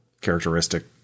characteristic